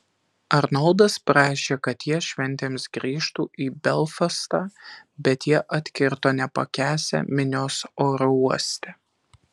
arnoldas prašė kad jie šventėms grįžtų į belfastą bet jie atkirto nepakęsią minios oro uoste